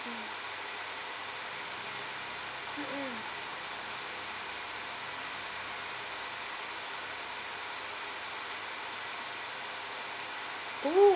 mm mmhmm oh